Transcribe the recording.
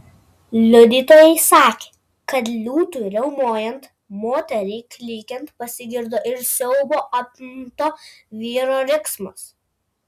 liudytojai sakė kad liūtui riaumojant moteriai klykiant pasigirdo ir siaubo apimto vyro riksmas